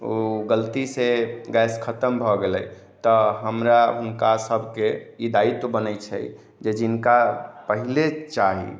ओ गलती से गैस खतम भऽ गेलै तऽ हमरा हुनका सबके ई दायित्व बनै छै जे जिनका पहिले चाही